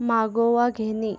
मागोवा घेणे